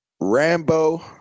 rambo